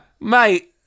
Mate